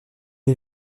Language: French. est